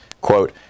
Quote